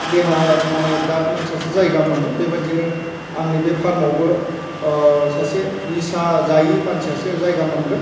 देहा माने दाद मानसियासो जायगा मोनो बेबादिनो आंनि बे फार्मआवबो सासे निसा जायै मानसियासो जायगा मोनगोन